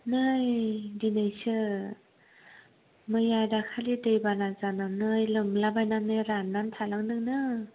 नै दिनैसो मैया दाखालि दैबाना जानानै लोमला बायनानै राननानै थालांदों नो